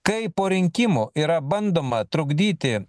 kai po rinkimų yra bandoma trukdyti